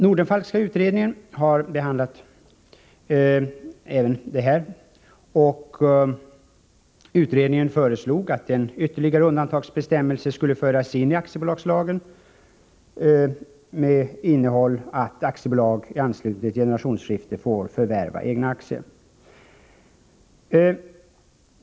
Nordenfalkska utredningen har behandlat även denna fråga. Utredningen föreslog att ytterligare en undantagsbestämmelse skulle föras in i aktiebolagslagen med innehåll att aktiebolag i anslutning till generationsskifte får förvärva egna aktier.